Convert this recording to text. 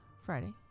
Friday